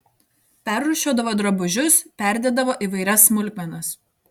perrūšiuodavo drabužius perdėdavo įvairias smulkmenas